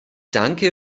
danke